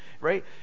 right